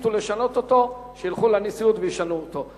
יחליטו לשנות אותו, שילכו לנשיאות וישנו אותו.